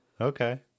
okay